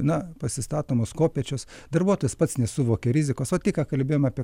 na pasistatomos kopėčios darbuotojas pats nesuvokia rizikos o tik ką kalbėjome apie